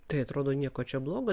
tai atrodo nieko čia blogo